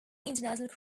international